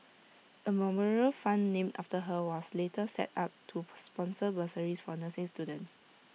A memorial fund named after her was later set up to per sponsor bursaries for nursing students